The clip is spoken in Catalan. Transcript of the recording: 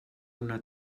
una